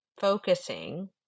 focusing